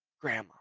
grandma